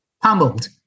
pummeled